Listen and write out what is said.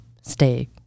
stay